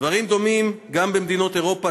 הדברים דומים במדינות אירופה,